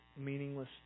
meaningless